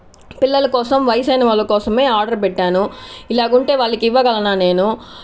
పిల్లల కోసం వయసైన వాళ్ళ కోసమే ఆర్డర్ పెట్టాను ఇలాగుంటే వాళ్ళకివ్వగలనా నేను